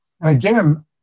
again